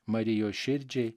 marijos širdžiai